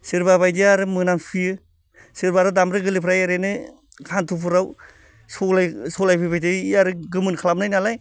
सोरबाबायदिया आरो मोनामसुयो सोरबा आरो दामब्रि गोरलैफोरा ओरैनो हान्थुफोराव सौलाय सौलायफैबाय थायो इ आरो गोमोन खालामनाय नालाय